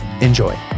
Enjoy